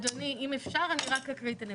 אדוני, אם אפשר אני רק אקריא את הנקודה.